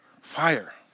fire